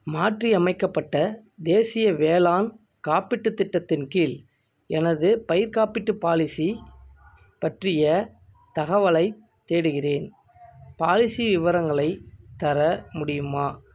மாற்றியமைக்கப்பட்ட தேசிய வேளாண் காப்பீட்டுத் திட்டத்தின் கீழ் எனது பயிர் காப்பீட்டு பாலிசி பற்றிய தகவலைத் தேடுகிறேன் பாலிசி விவரங்களைத் தர முடியுமா